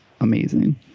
amazing